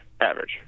Average